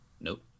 Nope